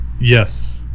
Yes